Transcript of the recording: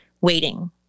waiting